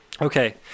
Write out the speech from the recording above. Okay